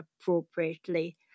appropriately